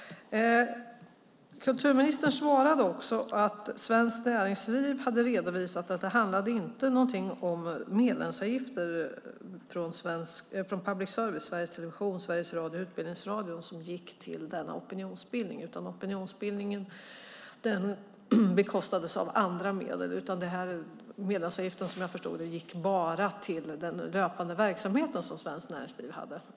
Kulturministern svarade också att Svenskt Näringsliv hade redovisat att det inte handlade om att medlemsavgifter från public service, alltså från Sveriges Television, Sveriges Radio och Utbildningsradion, gick till denna opinionsbildning, utan opinionsbildningen bekostades av andra medel. Medlemsavgiften gick, om jag uppfattade kulturministerns svar rätt, bara till den löpande verksamhet som Svenskt Näringsliv hade.